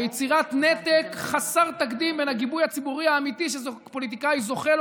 ביצירת נתק חסר תקדים בין הגיבוי הציבורי האמיתי שפוליטיקאי זוכה לו